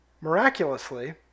Miraculously